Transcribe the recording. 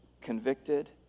convicted